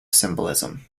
symbolism